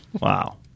Wow